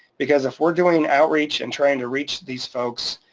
because if we're doing outreach and trying to reach these folks,